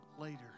later